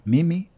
Mimi